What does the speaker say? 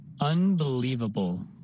Unbelievable